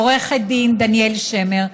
עו"ד דניאל שמר,